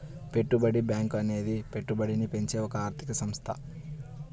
పెట్టుబడి బ్యాంకు అనేది పెట్టుబడిని పెంచే ఒక ఆర్థిక సంస్థ